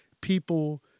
People